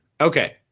Okay